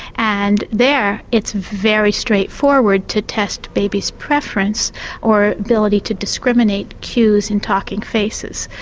and there it's very straightforward to test babies' preference or ability to discriminate cues in talking faces.